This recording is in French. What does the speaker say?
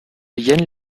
yann